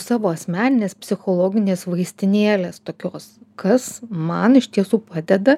savo asmeninės psichologinės vaistinėlės tokios kas man iš tiesų padeda